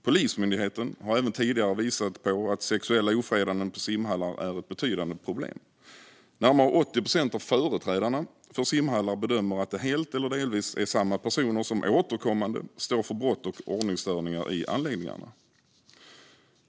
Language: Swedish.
Polismyndigheten har även tidigare visat på att sexuella ofredanden på simhallar är ett betydande problem. Närmare 80 procent av företrädarna för simhallar bedömer att det helt eller delvis är samma personer som återkommande står för brott och ordningsstörningar i anläggningarna.